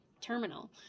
terminal